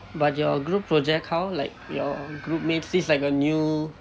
but your group project how like your group mates this is like a new